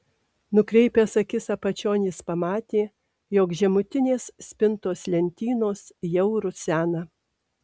nukreipęs akis apačion jis pamatė jog žemutinės spintos lentynos jau rusena